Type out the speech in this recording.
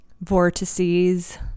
vortices